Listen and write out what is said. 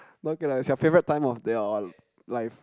is your favorite time of your life